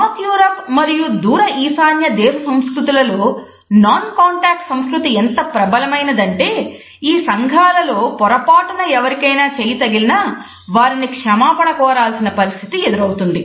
north Europe సంస్కృతి ఎంత ప్రబలమైనదంటే ఈ సంఘాల లో పొరపాటున ఎవరికైనా చేయి తగిలినా వారిని క్షమాపణ కోరాల్సిన పరిస్థితి ఎదురవుతుంది